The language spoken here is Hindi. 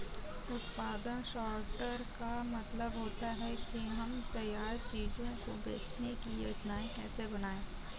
उत्पादन सॉर्टर का मतलब होता है कि हम तैयार चीजों को बेचने की योजनाएं कैसे बनाएं